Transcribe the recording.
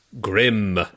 Grim